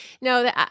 No